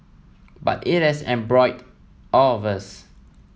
but it has embroiled all of us